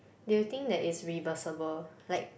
they will think that is reversible like